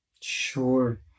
Sure